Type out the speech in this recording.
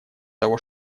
того